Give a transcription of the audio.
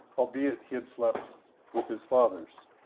albeit he had slept with his fathers.